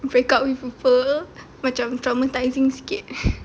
break up with people macam traumatising sikit